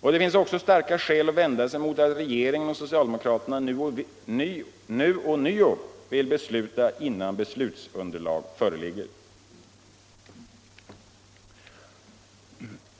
Det finns också starka skäl att vända sig mot att regeringen och socialdemokraterna nu ånyo vill besluta innan beslutsunderlag föreligger.